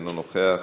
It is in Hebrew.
אינו נוכח,